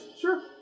Sure